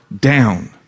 down